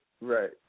Right